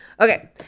Okay